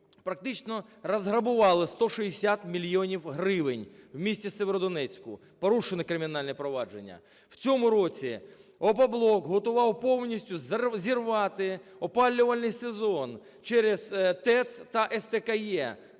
практично розграбували 160 мільйонів гривень в місті Сєвєродонецьку. Порушено кримінальне провадження. В цьому році Опоблок готував повністю зірвати опалювальний сезон через ТЕЦ та СТКЕ